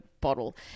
bottle